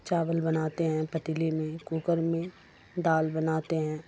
چاول بناتے ہیں پتیلی میں کوکر میں دال بناتے ہیں